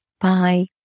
Bye